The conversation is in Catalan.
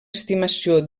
estimació